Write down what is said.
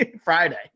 Friday